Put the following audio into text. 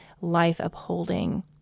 life-upholding